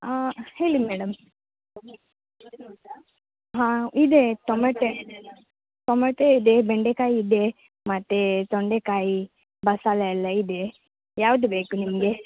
ಹಾಂ ಹೇಳಿ ಮೇಡಮ್ ಹಾಂ ಇದೆ ಟಮಟೆ ಟಮಟೆ ಇದೆ ಬೆಂಡೆಕಾಯಿ ಇದೆ ಮತ್ತು ತೊಂಡೆ ಕಾಯಿ ಬಸಳೆ ಎಲ್ಲ ಇದೆ ಯಾವುದು ಬೇಕು ನಿಮಗೆ